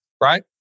right